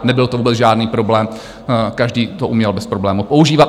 Nebyl to vůbec žádný problém, každý to uměl bez problémů používat.